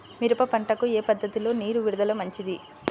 మిరప పంటకు ఏ పద్ధతిలో నీరు విడుదల మంచిది?